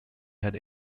had